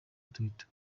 twitter